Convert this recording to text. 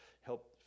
help